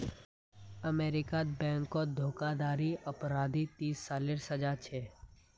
अमेरीकात बैनकोत धोकाधाड़ी अपराधी तीस सालेर सजा होछे